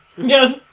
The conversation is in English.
Yes